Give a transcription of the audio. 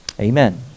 Amen